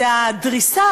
זה הדריסה,